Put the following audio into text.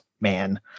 man